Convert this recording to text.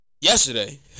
Yesterday